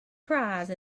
prize